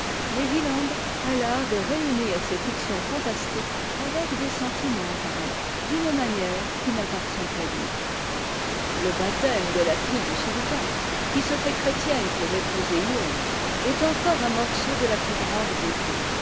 mads wieland a l'art de réunir ces fictions fantastiques avec des sentiments vrais d'une manière qui n'appartient qu'à lui le baptême de la fille du sultan qui se fait chrétienne pour épouser huon est encore un morceau de la plus grande beauté